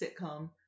sitcom